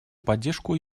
поддержку